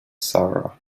sarah